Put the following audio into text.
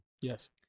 Yes